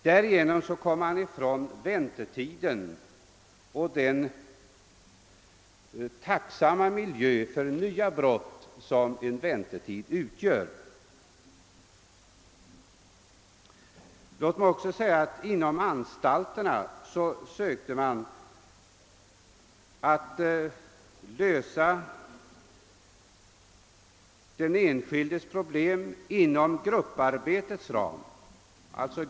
Därigenom kunde man förebygga väntetider och den tacksamma miljö för nya brott som en väntetid utgör. Inom anstalterna sökte man lösa den enskildes problem inom grupparbetets ram.